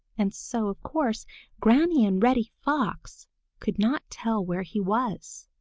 and so of course granny and reddy fox could not tell where he was.